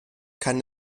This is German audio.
kann